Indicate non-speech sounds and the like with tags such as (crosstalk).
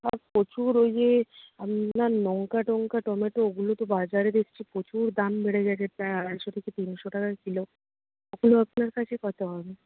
আর প্রচুর ওই যে আপনার লঙ্কা টঙ্কা টম্যাটো ওগুলো তো বাজারে দেখছি প্রচুর দাম বেড়ে গেছে প্রায় আড়াইশো থেকে তিনশো টাকা কিলো (unintelligible) আপনার কাছে কত হবে